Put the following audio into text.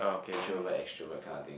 introvert extrovert kind of thing